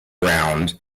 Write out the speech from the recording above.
ground